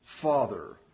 father